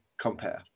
compare